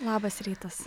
labas rytas